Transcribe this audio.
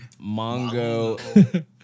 Mongo